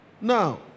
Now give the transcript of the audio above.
Now